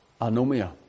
Anomia